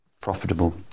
profitable